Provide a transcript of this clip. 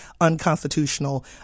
unconstitutional